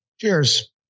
Cheers